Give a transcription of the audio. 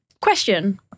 question